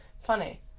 funny